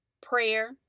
prayer